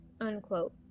unquote